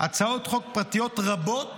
הצעות חוק פרטיות רבות